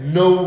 no